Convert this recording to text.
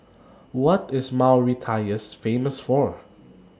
What IS Mauritius Famous For